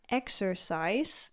exercise